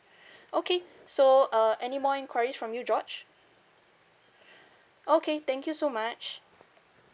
okay so uh any more enquiries from you george okay thank you so much